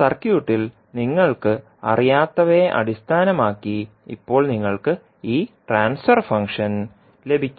സർക്യൂട്ടിൽ നിങ്ങൾക്ക് അറിയാത്തവയെ അടിസ്ഥാനമാക്കി ഇപ്പോൾ നിങ്ങൾക്ക് ഈ ട്രാൻസ്ഫർ ഫംഗ്ഷൻ ലഭിക്കും